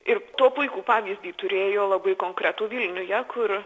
ir to puikų pavyzdį turėjo labai konkretų vilniuje kur